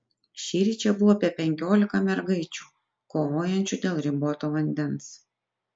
šįryt čia buvo apie penkiolika mergaičių kovojančių dėl riboto vandens